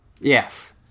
Yes